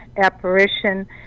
apparition